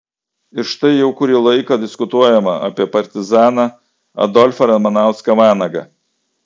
ir štai jau kurį laiką diskutuojama apie partizaną adolfą ramanauską vanagą